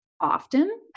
often